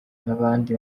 nabandi